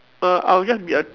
err I'll just be a